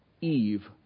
Eve